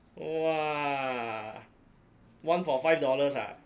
!wah! one for five dollars ah